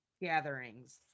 gatherings